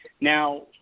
Now